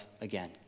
again